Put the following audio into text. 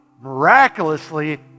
miraculously